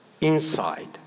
inside